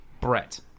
Brett